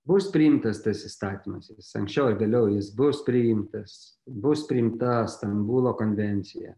bus priimtas tas įstatymas anksčiau ar vėliau jis bus priimtas bus priimta stambulo konvencija